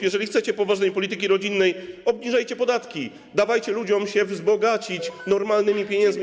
Jeżeli chcecie poważnej polityki rodzinnej, obniżajcie podatki, dawajcie ludziom się wzbogacić normalnymi pieniędzmi.